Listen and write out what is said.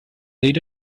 lead